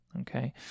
okay